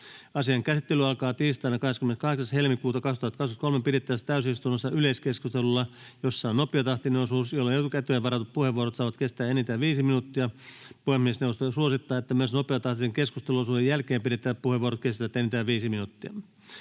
Asian käsittely alkaa tiistaina 28.2.2023 pidettävässä täysistunnossa yleiskeskustelulla, jossa on nopeatahtinen osuus, jolloin etukäteen varatut puheenvuorot saavat kestää enintään viisi minuuttia. Puhemiesneuvosto suosittaa, että myös nopeatahtisen keskusteluosuuden jälkeen pidettävät puheenvuorot kestävät enintään viisi minuuttia.